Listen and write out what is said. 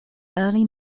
early